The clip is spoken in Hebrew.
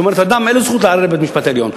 כלומר לאדם אין זכות לערער לבית-המשפט העליון.